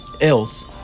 else